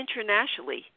internationally